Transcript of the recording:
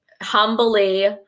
humbly